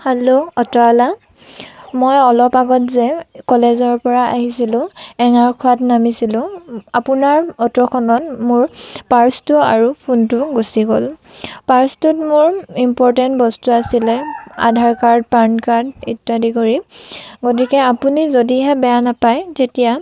hello অট'ৱালা মই অলপ আগত যে কলেজৰ পৰা আহিছিলোঁ এঙাৰখোৱাত নামিছিলোঁ আপোনাৰ অট'খনত মোৰ পাৰ্চটো আৰু ফোনটো গুচি গ'ল পাৰ্চটোত মোৰ ইম্প'ৰটেণ্ট বস্তু আছিলে আধাৰকাৰ্ড পানকাৰ্ড ইত্য়াদি কৰি গতিকে আপুনি যদিহে বেয়া নেপায় তেতিয়া